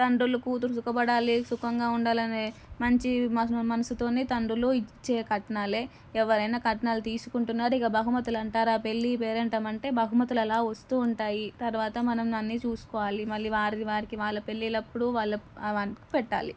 తండ్రులు కూతురు సుఖపడలే సుఖంగా ఉండాలి అనే మంచి మనసుతోనే తండ్రులు ఇచ్చే కట్నాలే ఎవరైనా కట్నాలు తీసుకుంటున్నారు ఇక బహుమతులు అంటారా పెళ్ళి పేరంటం అంటే బహుమతులు అలా వస్తూ ఉంటాయి తరువాత మనం దాన్ని చూసుకోవాలి మళ్ళీ వారిది వారికి వాళ్ళ పెళ్ళిళ్ళ అప్పుడు వాళ్ళకి పెట్టాలి